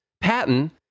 patent